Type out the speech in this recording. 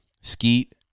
skeet